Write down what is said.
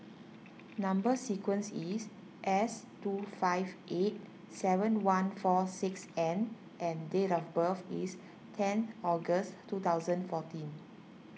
Number Sequence is S two five eight seven one four six N and date of birth is ten August two thousand fourteen